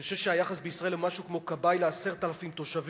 אני חושב שהיחס בישראל הוא משהו כמו כבאי אחד ל-10,000 תושבים,